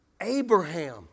Abraham